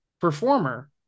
performer